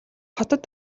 хотод